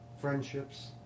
friendships